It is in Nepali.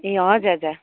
ए हजुर हजुर